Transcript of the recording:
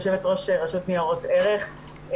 יושבת-ראש רשות ניירות ערך,